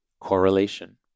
correlation